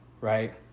right